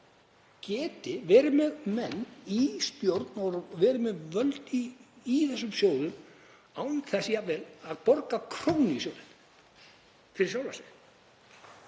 geti verið með menn í stjórn og verið með völd í þessum sjóðum án þess jafnvel að borga krónu í sjóðinn fyrir sjálfa